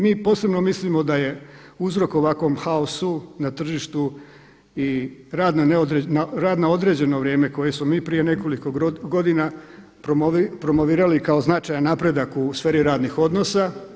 Mi posebno mislimo da je uzrok ovakvom kaosu na tržištu rad na određeno vrijeme koje smo mi prije nekoliko godina promovirali kao značajan napredak u sferi radnih odnosa.